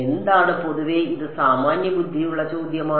എന്താണ് പൊതുവെ ഇത് സാമാന്യബുദ്ധിയുള്ള ചോദ്യമാണ്